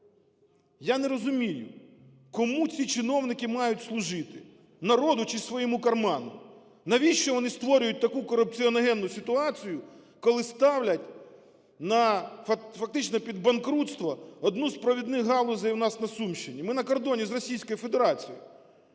Я не розумію, кому ці чиновники мають служити: народу, чи своєму карману? Навіщо вони створюють таку корупціогенну ситуацію, коли ставлять фактично під банкрутство одну з провідних галузей у нас на Сумщині? Ми на кордоні з Російською Федерацією.